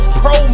pro